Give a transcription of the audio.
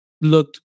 looked